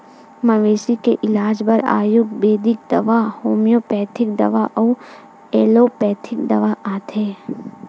मवेशी के इलाज बर आयुरबेदिक दवा, होम्योपैथिक दवा अउ एलोपैथिक दवा आथे